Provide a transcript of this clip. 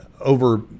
over